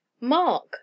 Mark